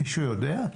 מישהו יודע?